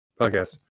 podcast